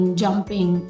jumping